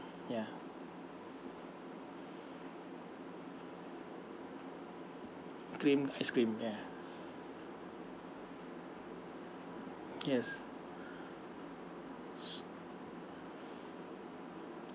ya cream ice cream ya yes s~